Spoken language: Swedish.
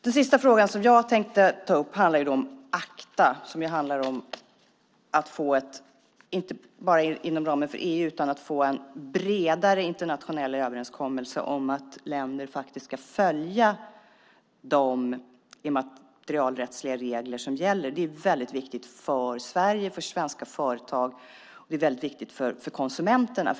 Den sista frågan som jag tänkte ta upp är ACTA, som handlar om att inte bara inom ramen för EU utan bredare få en internationell överenskommelse om att länder ska följa de immaterialrättsliga regler som gäller. Det är väldigt viktigt för Sverige, för svenska företag och för konsumenterna.